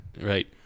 Right